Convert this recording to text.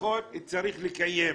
הבטחות צריך לקיים.